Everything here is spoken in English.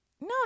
No